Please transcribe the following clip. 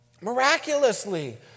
miraculously